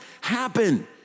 happen